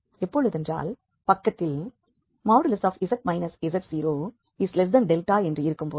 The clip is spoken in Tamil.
எப்பொழுதென்றால் பக்கத்தில் z z0δ என்று இருக்கும்போது